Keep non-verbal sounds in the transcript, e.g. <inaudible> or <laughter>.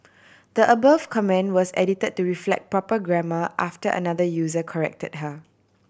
<noise> the above comment was edit to reflect proper grammar after another user corrected her